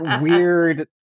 weird